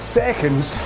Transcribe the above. seconds